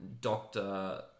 Doctor